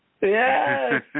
Yes